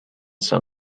son